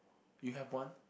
you have one